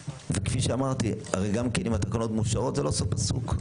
כאמור הרי גם אם התקנות מאושרות זה לא סוף פסוק.